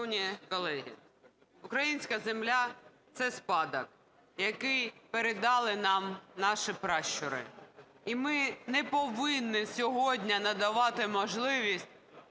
Шановні колеги, українська земля – це спадок, який передали нам наші пращури. І ми не повинні сьогодні надавати можливість